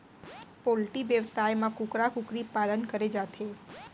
poultry बेवसाय म कुकरा कुकरी पालन करे जाथे